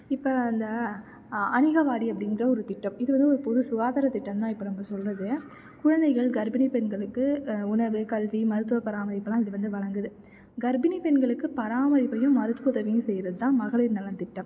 இப்போ அந்த அநிகவாடி அப்டிங்கிற ஒரு திட்டம் இது வந்து ஒரு பொது சுகாதாரத் திட்டம் தான் இப்போ நம்ம சொல்கிறது குழந்தைகள் கர்ப்பிணிப் பெண்களுக்கு உணவு கல்வி மருத்துவப் பராமரிப்புலாம் இது வந்து வழங்குது கர்ப்பிணிப் பெண்களுக்குப் பராமரிப்பையும் மருத்துவ உதவியும் செய்வது தான் மகளிர் நலன் திட்டம்